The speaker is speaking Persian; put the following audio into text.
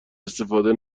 استفاده